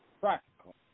practical